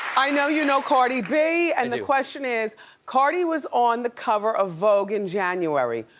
i know you know cardi b and the question is cardi was on the cover of vogue in january.